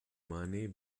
money